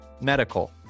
medical